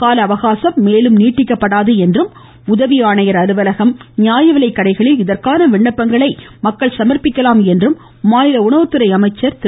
காலஅவகாசம் மேலும் நீட்டிக்கப்படாது என்றும் உதவி ஆணையர் அலுவலகம் நியாயவிலைக் கடைகளில் இதற்கான விண்ணப்பங்களை சமர்ப்பிக்கலாம் என்றும் மாநில உணவுத்துறை அமைச்சர் திரு